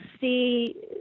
see